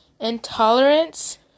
intolerance